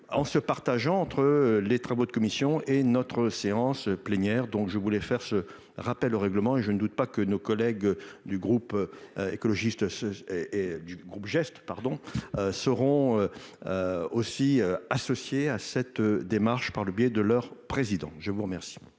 en se partageant entre les travaux de commission et notre séance plénière, donc je voulais faire ce rappel au règlement et je ne doute pas que nos collègues du groupe écologiste et et du groupe geste pardon seront aussi associés à cette démarche, par le biais de leur président, je vous remercie.